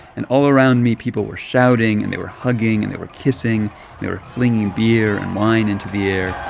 and all around me, people were shouting, and they were hugging, and they were kissing, and they were flinging beer and wine into the air